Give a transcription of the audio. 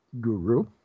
guru